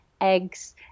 eggs